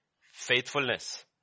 faithfulness